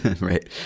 right